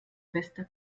bester